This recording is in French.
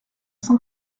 cent